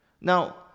Now